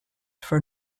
for